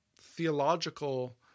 theological